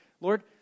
Lord